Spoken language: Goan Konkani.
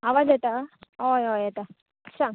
आवाज येता हय हय येता सांग